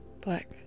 black